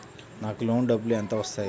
నాకు లోన్ డబ్బులు ఎంత వస్తాయి?